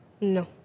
No